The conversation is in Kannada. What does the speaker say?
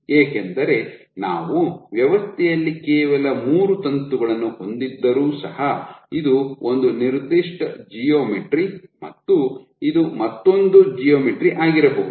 ಏಕೆಂದರೆ ನಾವು ವ್ಯವಸ್ಥೆಯಲ್ಲಿ ಕೇವಲ ಮೂರು ತಂತುಗಳನ್ನು ಹೊಂದಿದ್ದರೂ ಸಹ ಇದು ಒಂದು ನಿರ್ದಿಷ್ಟ ಜಿಯೋಮೆಟ್ರಿ ಮತ್ತು ಇದು ಮತ್ತೊಂದು ಜಿಯೋಮೆಟ್ರಿ ಆಗಿರಬಹುದು